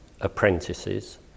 apprentices